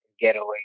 Getaway